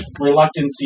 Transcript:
reluctancy